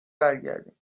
برگردیم